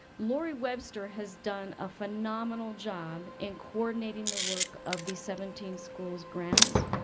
lori webster has done a phenomenal job in coordinating the work of these seventeen schools grants